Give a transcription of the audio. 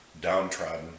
downtrodden